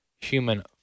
human